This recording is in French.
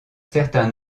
certain